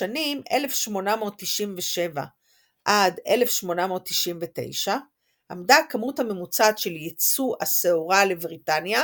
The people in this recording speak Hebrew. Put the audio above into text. בשנים 1897–1899 עמדה הכמות הממוצעת של יצוא השעורה לבריטניה